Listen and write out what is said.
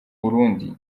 burundi